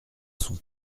son